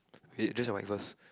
wait adjust your mic first